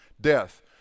death